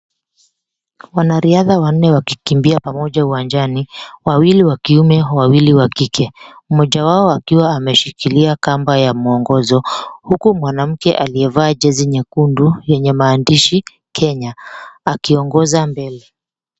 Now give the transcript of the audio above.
Wanariadha wanne wakikimbia pamoja uwanjani, wawili wa kiume, wawili wa kike. Mmoja wao akiwa ameshikilia kamba ya mwongozo huku mwanamke aliyevaa jezi nyekundu yenye maandishi, "Kenya" akiongoza mbele.